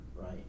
right